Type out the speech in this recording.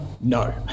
No